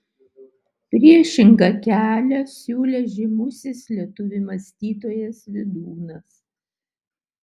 priešingą kelią siūlė žymusis lietuvių mąstytojas vydūnas